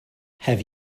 have